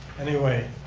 anyway,